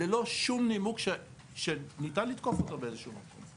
ללא שום נימוק שניתן לתקוף אותו באיזה שהיא צורה.